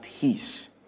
peace